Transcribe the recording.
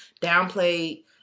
downplay